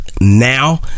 now